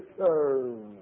serve